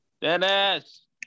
Dennis